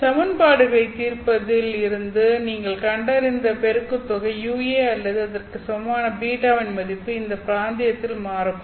சமன்பாடுகளைத் தீர்ப்பதில் இருந்து நீங்கள் கண்டறிந்த பெருக்குத் தொகை ua அல்லது அதற்கு சமமான β வின் மதிப்பு இந்த பிராந்தியத்தில் மாறக்கூடும்